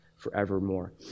forevermore